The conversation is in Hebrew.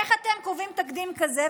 איך אתם קובעים תקדים כזה,